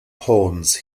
ponds